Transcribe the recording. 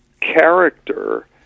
character